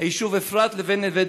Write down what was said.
היישוב אפרת לבין נווה דניאל.